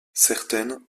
certaines